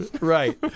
Right